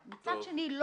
מצד שני,